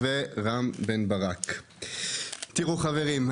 תראו חברים,